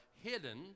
hidden